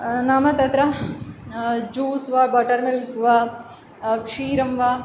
नाम तत्र जूस् वा बटर् मिल्क् वा क्षीरं वा